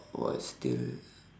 what still